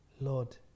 Lord